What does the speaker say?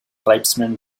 tribesmen